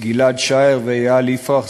גיל-עד שער ואיל יפרח,